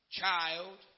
child